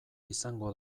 izango